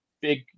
big